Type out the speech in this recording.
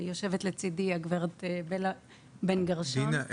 יושבת לצידי הגברת בלה בן גרשון --- דינה,